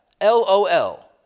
L-O-L